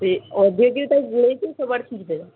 ଏ ଅଧିକା କି ତାକୁ ଗୋଳେଇକି ସବୁଆଡ଼େ ଛିଞ୍ଚି ଦେବ